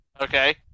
Okay